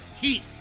heat